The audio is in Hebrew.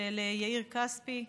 של יאיר כספי,